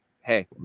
hey